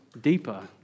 deeper